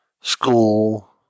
school